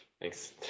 thanks